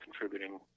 contributing